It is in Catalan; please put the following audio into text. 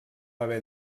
haver